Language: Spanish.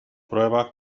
pruebas